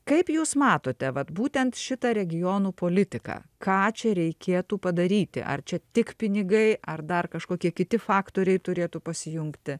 kaip jūs matote vat būtent šitą regionų politiką ką čia reikėtų padaryti ar čia tik pinigai ar dar kažkokie kiti faktoriai turėtų pasijungti